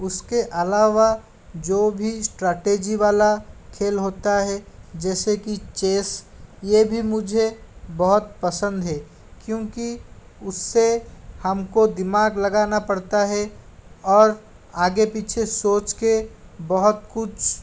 उसके अलावा जो भी स्ट्रेटजी वाला खेल होता है जैसे कि चेस ये भी मुझे बहुत पसंद है क्योंकि उस से हम को दिमाग़ लगाना पड़ता है और आगे पीछे सोच के बहुत कुछ